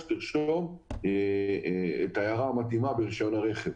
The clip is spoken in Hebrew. לרשום את ההערה המתאימה ברישיון הרכב.